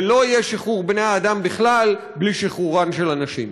ולא יהיה שחרור בני-האדם בכלל בלי שחרורן של הנשים.